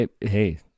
Hey